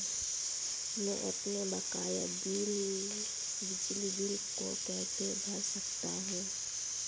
मैं अपने बकाया बिजली बिल को कैसे भर सकता हूँ?